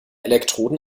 elektroden